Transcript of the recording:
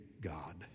God